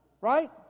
Right